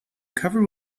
covered